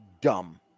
dumb